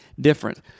different